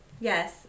Yes